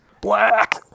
Black